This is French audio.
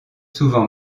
souvent